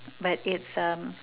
but it's um